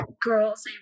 girls